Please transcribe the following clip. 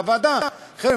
בוועדה: חבר'ה,